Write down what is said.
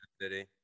City